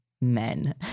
men